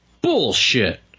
Bullshit